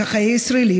חיי הישראלים,